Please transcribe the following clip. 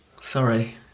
Sorry